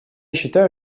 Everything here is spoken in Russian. считаю